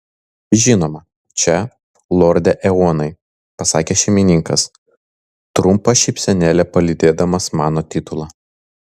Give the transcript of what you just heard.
žinoma čia lorde eonai pasakė šeimininkas trumpa šypsenėle palydėdamas mano titulą